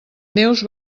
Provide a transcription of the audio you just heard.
neus